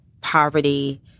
Poverty